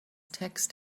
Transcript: text